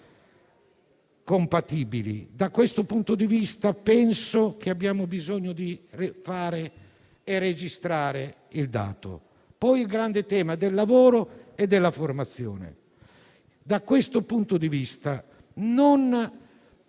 Da questo punto di vista penso che abbiamo bisogno di registrare il dato. Vi sono poi i grandi temi del lavoro e della formazione.